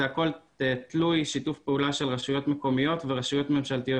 זה הכול תלוי שיתוף פעולה של רשויות מקומיות ורשויות ממשלתיות